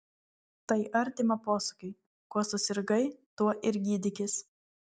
tai artima posakiui kuo susirgai tuo ir gydykis